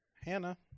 Hannah